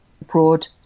abroad